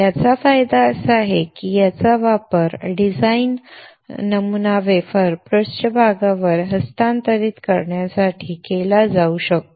याचा फायदा असा आहे की याचा वापर डिझाईन नमुना वेफर पृष्ठभागावर हस्तांतरित करण्यासाठी केला जाऊ शकतो